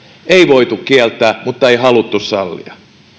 ei voitu kieltää mutta ei haluttu sallia